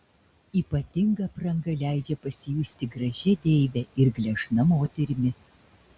ypatinga apranga leidžia pasijusti gražia deive ir gležna moterimi